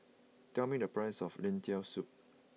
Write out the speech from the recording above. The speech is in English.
tell me the price of Lentil Soup